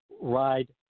ride